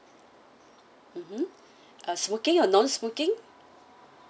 mmhmm uh smoking or non smoking